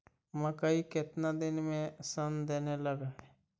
मकइ केतना दिन में शन देने लग है?